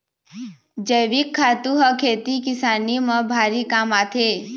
जइविक खातू ह खेती किसानी म भारी काम आथे